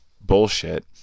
bullshit